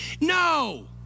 no